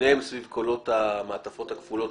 שניהם סביב קולות המעטפות הכפולות,